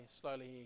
slowly